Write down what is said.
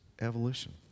evolution